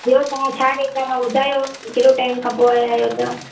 ॿियो तव्हां छा ॾिसंदव ॿुधायो केॾो टाइम खां पोइ आया आहियो तव्हां